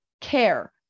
care